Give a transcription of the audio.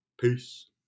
peace